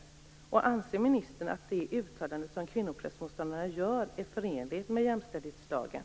Anser ministern att det uttalande som kvinnoprästmotståndare gör är förenligt med jämställdhetslagen?